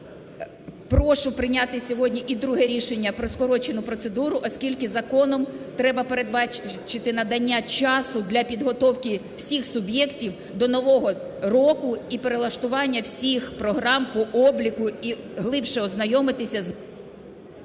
Прошу прийняти сьогодні і друге рішення про скорочену процедуру, оскільки законом треба передбачити надання часу для підготовки всіх суб'єктів до нового року і перевлаштування всіх програм по обліку і глибше ознайомитися…